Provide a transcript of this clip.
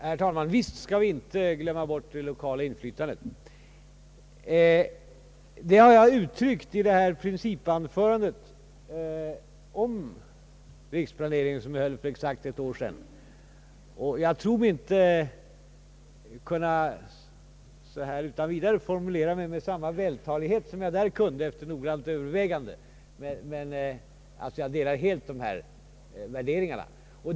Herr talman! Vi skall givetvis inte glömma bort det lokala inflytandet. Den inställningen har jag gett uttryck för i ett principanförande om riksplaneringen för exakt ett år sedan. Jag tror mig inte kunna så här utan vidare formulera det med samma vältalighet som den gången efter noggrant övervägande, men jag delar helt dessa värderingar.